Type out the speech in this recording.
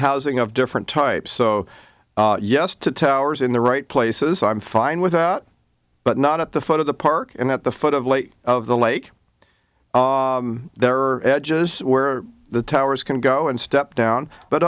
housing of different types so yes to towers in the right places i'm fine with that but not at the foot of the park and at the foot of late of the lake there are edges where the towers can go and step down but